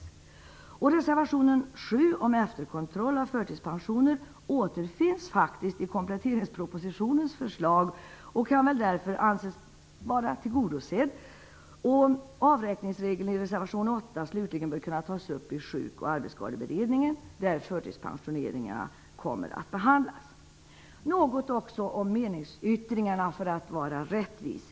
Förslagen i reservation 7 om efterkontroll av förtidspensioner återfinns faktiskt i kompletteringspropositionens förslag och kan väl därför anses vara tillgodosedda. Slutligen bör reservation 8 om avräkningsregeln kunna tas upp i Sjuk och arbetsskadeberedningen, där förtidspensioneringarna kommer att behandlas. För att vara rättvis skall jag också säga något om meningsyttringarna.